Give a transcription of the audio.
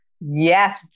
Yes